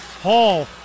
Hall